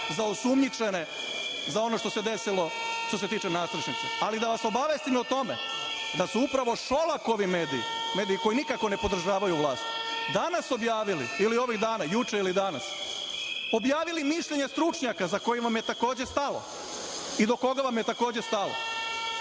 za osumnjičene za ono što se desilo što se tiče nastrešnice, ali da vas obavestim i o tome da su upravo Šolakovi mediji, mediji koji nikako ne podržavaju vlast, danas objavili ili ovih dana, juče ili danas objavili mišljenja stručnjaka za koje vam je takođe stalo i do koga vam je takođe stalo,